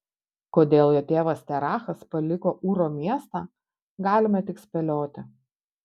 kodėl jo tėvas terachas paliko ūro miestą galime tik spėlioti